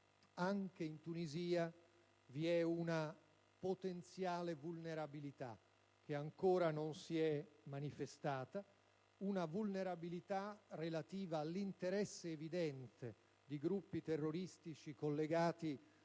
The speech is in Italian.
anche la Tunisia ha una potenziale vulnerabilità, che ancora non si è manifestata, relativa all'interesse evidente di gruppi terroristici collegati